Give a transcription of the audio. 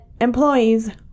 Employees